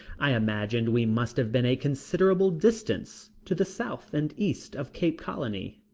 i imagined we must have been a considerable distance to the south and east of cape colony.